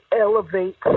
elevate